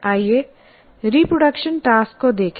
आइए reproduction task को देखें